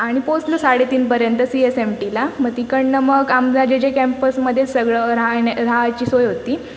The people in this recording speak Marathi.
आणि पोहचलो साडेतीन पर्यंत सी एस एम टीला मग तिकडनं मग जे जे कॅम्पसमध्ये सगळं राहाणं राहायची सोय होती